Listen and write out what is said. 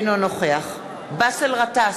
אינו נוכח באסל גטאס,